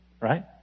Right